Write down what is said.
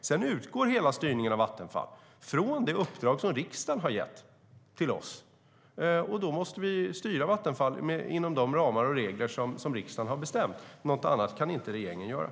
Sedan utgår hela styrningen av Vattenfall från det uppdrag som riksdagen har gett oss, och då måste vi styra Vattenfall inom de ramar och regler som riksdagen har bestämt. Något annat kan regeringen inte göra.